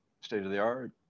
State-of-the-art